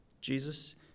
Jesus